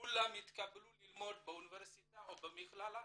וכולם התקבלו ללמוד באוניברסיטה או במכללה,